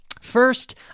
First